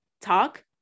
talk